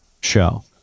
show